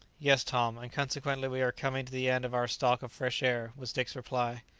yes, tom, and consequently we are coming to the end of our stock of fresh air, was dick's reply.